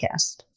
podcast